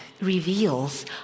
reveals